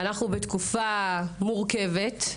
אנחנו בתקופה מורכבת,